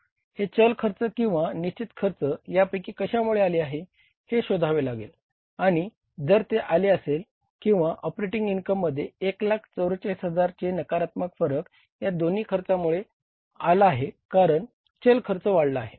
हे चल खर्च किंवा निश्चित खर्च यापैकी कशामुळे आले आहे हे शोधावे लागेल आणि जर ते आले असेल किंवा ऑपेरेटिंग इनकममध्ये 144000 चे नकारात्मक फरक या दोन्ही खर्चामुळे आले आहे कारण चल खर्च वाढला आहे